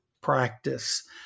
practice